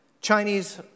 Chinese